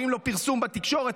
ואם לא פרסום בתקשורת,